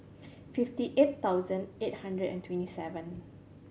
fifty eight thousand eight hundred and twenty seven